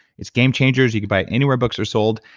it's game changers, you can buy it anywhere books are sold.